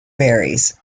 varies